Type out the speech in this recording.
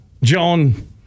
John